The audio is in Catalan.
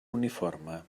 uniforme